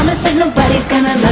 nobody's gonna